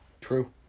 True